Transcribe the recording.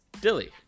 Dilly